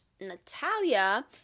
Natalia